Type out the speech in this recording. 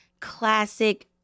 classic